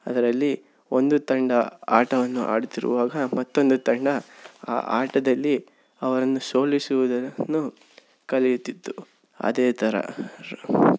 ಅದರಲ್ಲಿ ಒಂದು ತಂಡ ಆಟವನ್ನು ಆಡುತ್ತಿರುವಾಗ ಮತ್ತೊಂದು ತಂಡ ಆ ಆಟದಲ್ಲಿ ಅವರನ್ನು ಸೋಲಿಸುವುದನ್ನು ಕಲಿಯುತ್ತಿತ್ತು ಅದೇ ಥರ